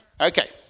Okay